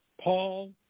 Paul